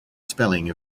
spelling